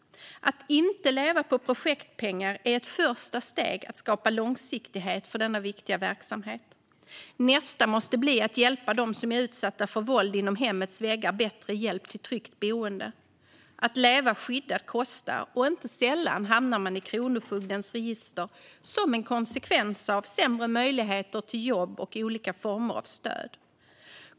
Ett första steg att skapa långsiktighet för denna viktiga verksamhet är att den inte ska leva på projektpengar. Nästa steg måste bli att hjälpa dem som är utsatta för våld inom hemmets väggar och ge dem bättre hjälp till ett tryggt boende. Att leva skyddat kostar, och inte sällan hamnar man i Kronofogdens register som en konsekvens av sämre möjligheter till jobb och olika former av stöd.